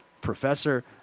Professor